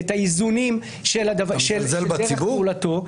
את האיזונים של דרך פעולתו -- אתה מזלזל בציבור?